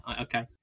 Okay